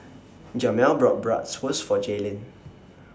Jamel bought Bratwurst For Jaylin